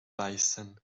beißen